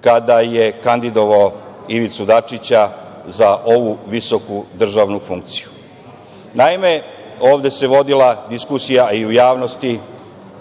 kada je kandidovao Ivicu Dačića za ovu visoku državnu funkciju. Naime, ovde se vodila diskusija i u javnosti